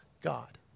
God